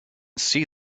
see